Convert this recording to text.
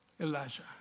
Elijah